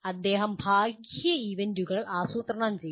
അദ്ദേഹം ബാഹ്യഈവൻ്റുകൾ ആസൂത്രണം ചെയ്യുന്നു